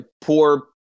poor